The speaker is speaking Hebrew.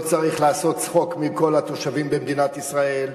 לא צריך לעשות צחוק מכל התושבים במדינת ישראל.